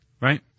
Right